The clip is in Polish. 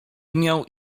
miał